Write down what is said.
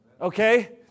Okay